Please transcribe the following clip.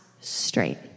straight